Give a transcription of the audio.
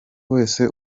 wese